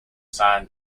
san